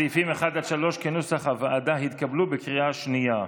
סעיפים 1 3, כנוסח הוועדה, התקבלו בקריאה שנייה.